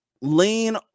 lean